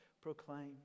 proclaim